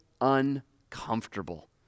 uncomfortable